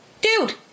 Dude